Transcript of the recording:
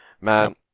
man